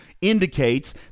indicates